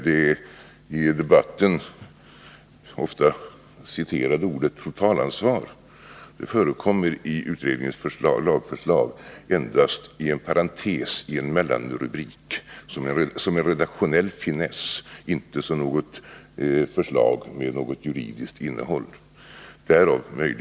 Det i debatten ofta citerade ordet ”totalansvar” förekommer i utredningens lagförslag endast i en parentes under en mellanrubrik — som en redaktionell finess, inte som ett förslag med något juridiskt innehåll.